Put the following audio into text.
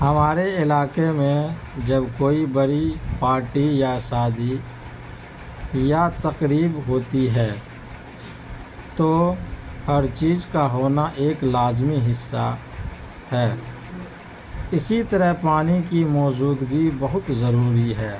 ہمارے علاقے میں جب کوئی بڑی پارٹی یا شادی یا تقریب ہوتی ہے تو ہر چیز کا ہونا ایک لازمی حصہ ہے اسی طرح پانی کی موجودگی بہت ضروری ہے